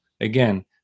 again